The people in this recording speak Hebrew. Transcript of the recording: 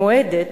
מועדת